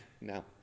Now